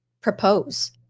propose